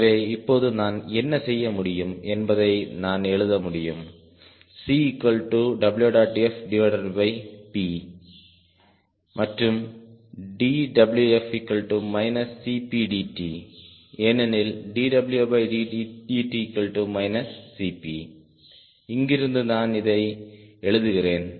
எனவே இப்போது நான் என்ன செய்ய முடியும் என்பதை நான் எழுத முடியும் CẂfP மற்றும் dWf CPdt ஏனெனில் dWdt CP இங்கிருந்து நான் இதை எழுதுகிறேன்